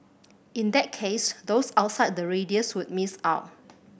in that case those outside the radius would miss out